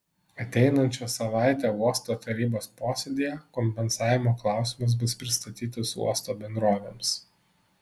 ateinančią savaitę uosto tarybos posėdyje kompensavimo klausimas bus pristatytas uosto bendrovėms